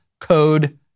code